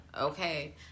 Okay